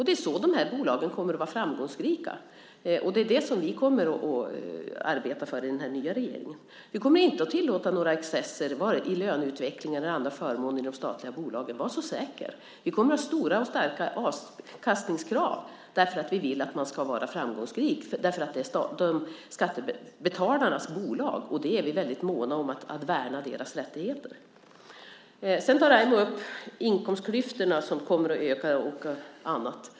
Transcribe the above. Det är så de här bolagen kommer att vara framgångsrika, och det är det som vi kommer att arbeta för i den här nya regeringen. Vi kommer inte att tillåta några excesser i löneutveckling eller i fråga om andra förmåner i de statliga bolagen, var så säker. Vi kommer att ha stora avkastningskrav eftersom vi vill att de ska vara framgångsrika, för det är skattebetalarnas bolag. Vi är väldigt måna om att värna deras rättigheter. Sedan tar Raimo upp inkomstklyftorna som kommer att öka och annat.